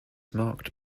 marked